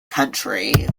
country